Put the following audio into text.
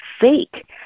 fake